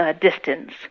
distance